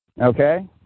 okay